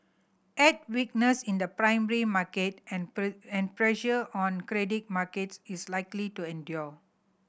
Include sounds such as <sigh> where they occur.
add weakness in the primary market and <unintelligible> and pressure on credit markets is likely to endure